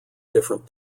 different